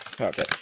Okay